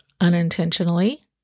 unintentionally